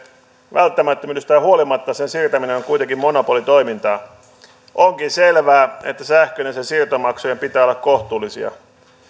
välttämättömyydestään huolimatta sen siirtäminen on kuitenkin monopolitoimintaa onkin selvää että sähkön ja sen siirtomaksujen pitää olla kohtuullisia